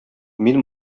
мин